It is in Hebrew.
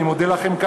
אני מודה לכם.